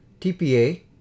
TPA